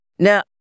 Now